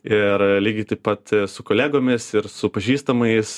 ir lygiai taip pat su kolegomis ir su pažįstamais